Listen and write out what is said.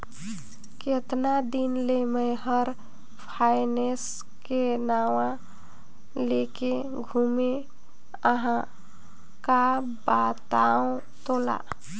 केतना दिन ले मे हर फायनेस के नाव लेके घूमें अहाँ का बतावं तोला